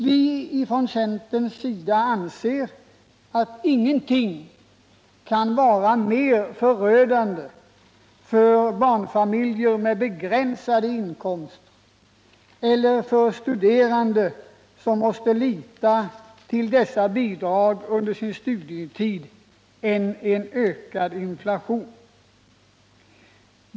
Vi från centern anser att ingenting kan vara mer förödande för barnfamiljer med begränsade inkomster eller för studerande som måste lita till dessa bidrag under sin studietid än en ökad inflation.